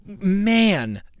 man